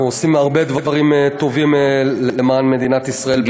אנחנו עושים הרבה דברים טובים למען מדינת ישראל ביחד.